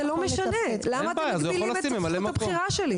זה לא משנה, למה אתם מגבילים את זכות הבחירה שלי?